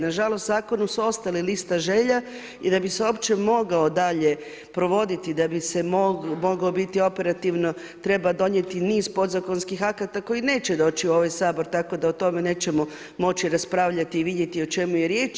Nažalost, u zakonu su ostale liste želja i da bi se uopće mogao dalje provoditi, da bi se mogao biti operativno, treba donijeti niz podzakonskih akata koji neće doći u ovaj Sabor, tako da o tome nećemo moći raspravljati i vidjeti o čemu je riječ.